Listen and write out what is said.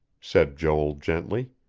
said joel gently.